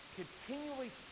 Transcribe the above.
continually